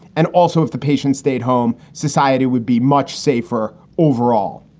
and also if the patient stayed home, society would be much safer. overall,